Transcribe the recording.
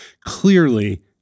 clearly